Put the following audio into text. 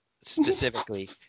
specifically